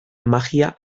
magia